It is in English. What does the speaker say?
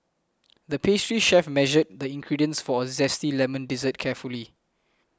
the pastry chef measured the ingredients for a Zesty Lemon Dessert carefully